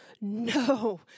no